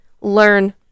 learn